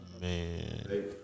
Man